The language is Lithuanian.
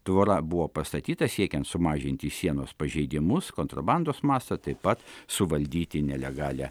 tvora buvo pastatyta siekiant sumažinti sienos pažeidimus kontrabandos mastą taip pat suvaldyti nelegalią